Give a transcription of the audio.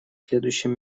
следующем